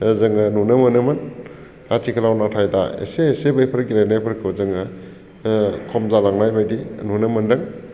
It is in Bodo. जोङो नुनो मोनोमोन आथिखालाव नाथाय दा एसे एसे बेफोर गेलेनायफोरखौ जोङो खम जालांनाय बायदि नुनो मोन्दों